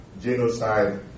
genocide